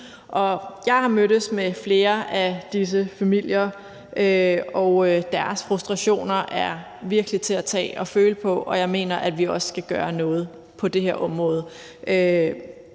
Jeg har mødtes med flere af disse familier, og deres frustrationer er virkelig til at tage og føle på, og jeg mener, at vi også skal gøre noget på det her område.